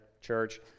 church